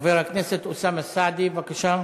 חבר הכנסת אוסאמה סעדי, בבקשה.